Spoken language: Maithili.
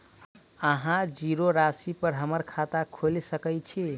अहाँ जीरो राशि पर हम्मर खाता खोइल सकै छी?